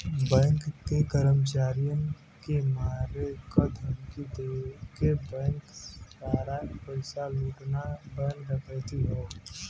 bank के कर्मचारियन के मारे क धमकी देके बैंक सारा पइसा लूटना बैंक डकैती हौ